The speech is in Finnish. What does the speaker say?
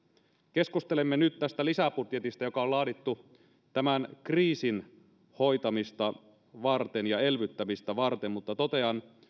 keskustelemme nyt tästä lisäbudjetista joka on laadittu tämän kriisin hoitamista varten ja elvyttämistä varten mutta totean